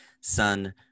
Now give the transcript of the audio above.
son